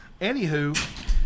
anywho